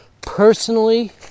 personally